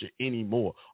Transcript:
anymore